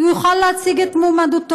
הוא יוכל להציג את מועמדותו.